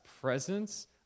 presence